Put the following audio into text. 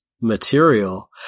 material